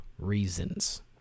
reasons